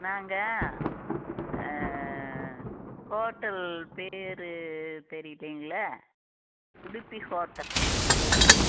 நாங்கள் ஹோட்டல் பேர் தெரியிலைங்களே உடுப்பி ஹோட்டல் ஆ